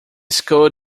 school